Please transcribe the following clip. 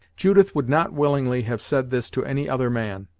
judith would not willingly have said this to any other man,